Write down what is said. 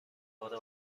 کار